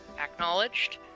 Acknowledged